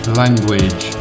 language